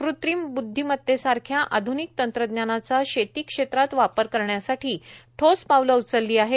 कृत्रीम ब्दधीमतेसारख्या आध्निक तंत्रज्ञानाचा शेती क्षेत्रात वापर करण्यासाठी ठोस पावलं उचलली आहेत